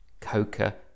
Coca